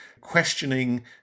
questioning